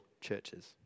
churches